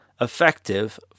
effective